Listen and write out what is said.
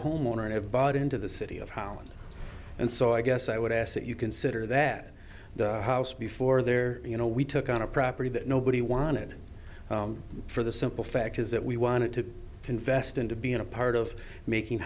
homeowner and have bought into the city of holland and so i guess i would ask that you consider that the house before there you know we took on a property that nobody wanted for the simple fact is that we wanted to invest into being a part of making